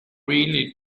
really